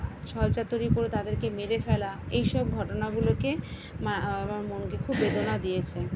ছলচাতুরি করে তাদেরকে মেরে ফেলা এইসব ঘটনাগুলোকে মা আমার মনকে খুব বেদনা দিয়েছে